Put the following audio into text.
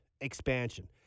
expansion